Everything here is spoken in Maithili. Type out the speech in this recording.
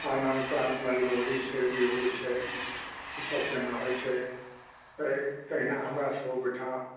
आन आन प्रान्तमे लोहड़ी छै बिहू छै ई सभ जेना होइत छै तहिना हमरासभक ओहिठाम